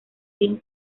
green